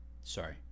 Sorry